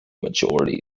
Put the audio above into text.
majority